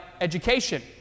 education